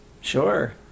Sure